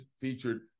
featured